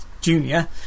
Junior